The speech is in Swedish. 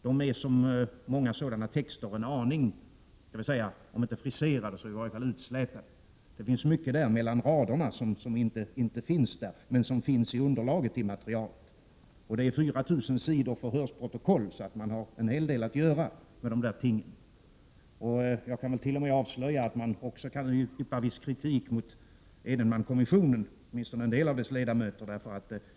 De är som många sådana texter en aning, om inte friserade så i alla fall utslätade. Det finns mycket mellan raderna som inte syns, men som finns i underlaget. Det finns 4 000 sidor förhörsprotokoll, så man har en hel del att göra. Jag kan t.o.m. avslöja att man också kan rikta viss kritik mot en del av ledamöterna i Edenmankommissionen.